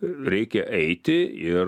reikia eiti ir